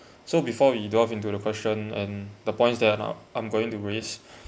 so before we delve into the question and the points that now I'm going to raise